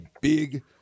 big